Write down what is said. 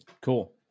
Cool